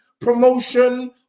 promotion